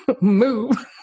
move